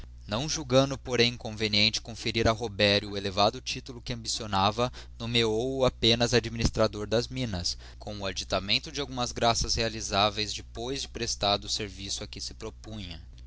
não julgando porém conveniente conferir a roberio o elevado titulo que ambicionava nomeou o apenas administrador das minas como additamento de algumas graças realisaveis depois de prestado o serviço a que se propunha